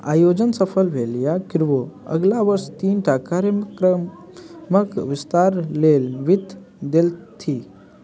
आयोजन सफल भेल या क्यूर्वो अगिला वर्ष तीनटा कार्यक्रमके विस्तार लेल वित्त देलथि